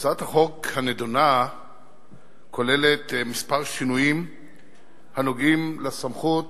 הצעת החוק הנדונה כוללת כמה שינויים הנוגעים לסמכות